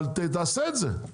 אבל תעשה את זה.